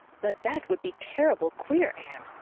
but that would be terrible queer, anne.